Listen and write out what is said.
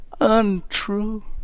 untrue